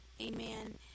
Amen